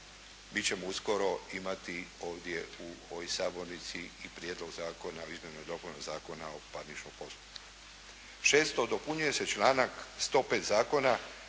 Mi ćemo uskoro imati ovdje u ovoj sabornici i Prijedlog zakona o izmjeni i dopuni Zakona o parničnom postupku. Šesto, dopunjuje se članak 105. zakona,